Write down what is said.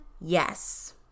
Yes